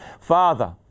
Father